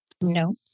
no